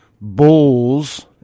Bulls